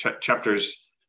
chapters